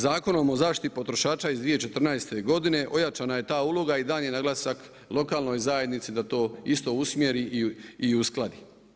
Zakonom o zaštiti potrošača iz 2014. godine ojačana je ta uloga i dan je naglasak lokalnoj zajednici da to isto usmjeri i uskladi.